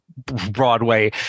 broadway